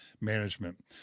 management